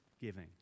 giving